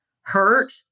hurt